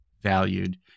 valued